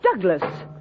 Douglas